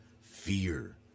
Fear